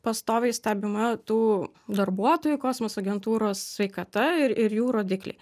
pastoviai stebima tų darbuotojų kosmoso agentūros sveikata ir ir jų rodikliai